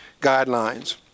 guidelines